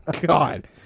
God